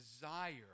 desire